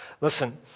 Listen